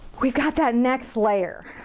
we've got that next layer.